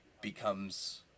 becomes